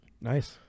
Nice